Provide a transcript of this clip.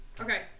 Okay